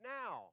now